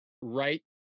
right